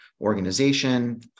organization